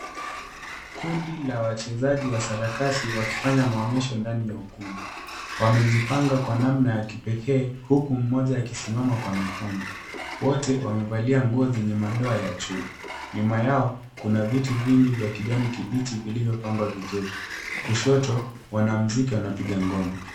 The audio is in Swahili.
Kundi la wachezaji wa sarakasi wakifanya maonyesho ndani ya ukumbi. Wamejipanga kwa namna ya kipekee huku mmoja akisimama kwa mikono. Wote wamevalia nguo zenye madoa ya chui. Nyuma yao kuna viti vingi vya kijani kibichi vilivyopangwa vizuri. Kushoto wanamuziki wanapiga ngoma.